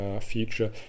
future